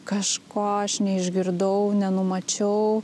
kažko aš neišgirdau nenumačiau